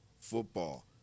football